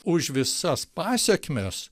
už visas pasekmes